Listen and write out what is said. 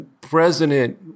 president